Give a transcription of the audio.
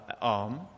arm